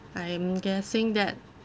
I am guessing that